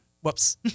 Whoops